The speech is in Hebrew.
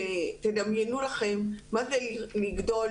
שתדמיינו לכם מה זה לגדול,